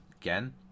again